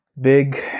big